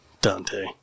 Dante